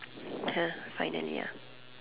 ya finally ah